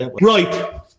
Right